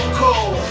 cold